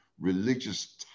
religious